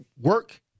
work